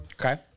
Okay